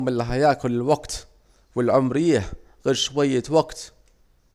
النوم الي هياكل الوقت، والعمر ايه غير شوية وقت